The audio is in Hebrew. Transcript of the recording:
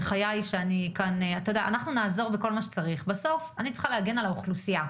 בסוף, אני צריכה להגן על האוכלוסייה.